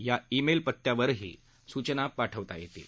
या इमेल पत्यावरही सूचना पाठवता येतील